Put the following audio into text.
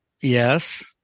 Yes